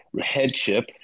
headship